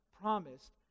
promised